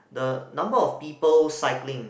the number of people cycling